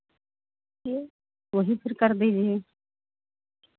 वही फिर कर दीजिए